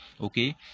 Okay